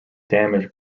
damage